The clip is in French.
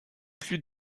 plus